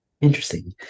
Interesting